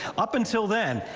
up until then,